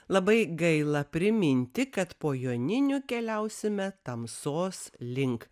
labai gaila priminti kad po joninių keliausime tamsos link